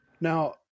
Now